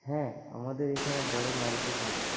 হ্যাঁ আমাদের এখানে বড় নলকূপ আছে